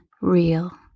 real